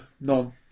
none